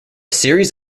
series